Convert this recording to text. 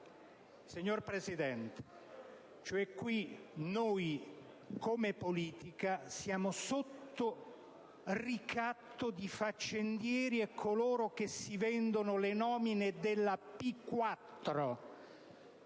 signora Presidente, noi come politica siamo sotto il ricatto dei faccendieri e di coloro che si vendono le nomine della P4.